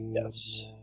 Yes